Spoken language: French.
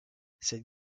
cette